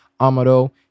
Amado